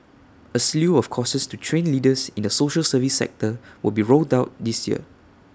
A slew of courses to train leaders in the social service sector will be rolled out this year